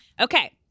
Okay